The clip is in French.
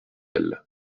elle